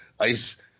ice